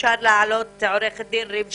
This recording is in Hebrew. אפשר תמיד לפנות לנציבות